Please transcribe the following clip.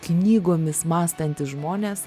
knygomis mąstantys žmonės